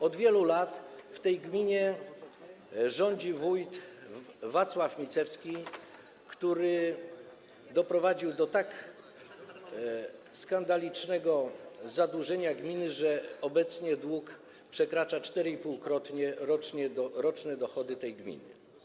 Od wielu lat w tej gminie rządzi wójt Wacław Micewski, który doprowadził do tak skandalicznego zadłużenia gminy, że obecnie dług przekracza 4,5-krotnie roczne dochody tej gminy.